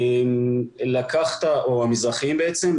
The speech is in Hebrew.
או בעצם המזרחיים,